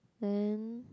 and